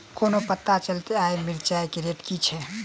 कोना पत्ता चलतै आय मिर्चाय केँ रेट की छै?